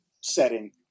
setting